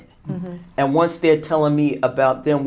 it and once they're telling me about them